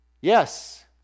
Yes